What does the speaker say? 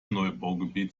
neubaugebiet